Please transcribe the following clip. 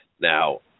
Now